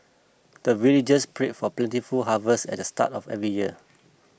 the villagers pray for plentiful harvest at the start of every year